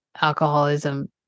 alcoholism